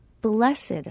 Blessed